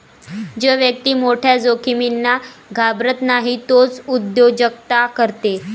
जो व्यक्ती मोठ्या जोखमींना घाबरत नाही तोच उद्योजकता करते